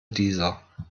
dieser